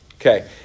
Okay